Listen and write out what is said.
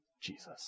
Jesus